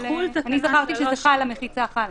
זכרתי שזה חל על מחיצה חלה.